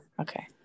Okay